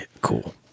Cool